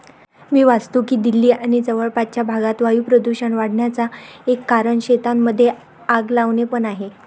मी वाचतो की दिल्ली आणि जवळपासच्या भागात वायू प्रदूषण वाढन्याचा एक कारण शेतांमध्ये आग लावणे पण आहे